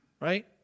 Right